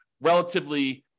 relatively